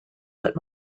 but